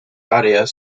áreas